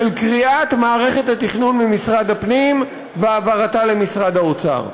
קריעת מערכת התכנון ממשרד הפנים והעברתה למשרד האוצר.